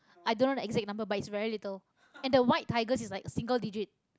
i don't know the exact number but it's very little and the white tigers is like single digit